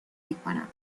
میکنم